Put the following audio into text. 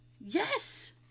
Yes